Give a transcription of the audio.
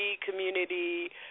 community